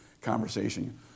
conversation